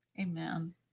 Amen